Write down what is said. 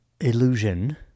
illusion